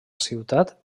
ciutat